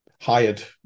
hired